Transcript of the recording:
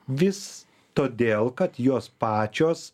vis todėl kad jos pačios